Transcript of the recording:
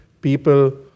people